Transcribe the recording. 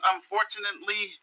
Unfortunately